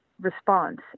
response